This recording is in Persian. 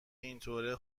اینطوره